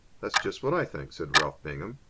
that's just what i think, said ralph bingham.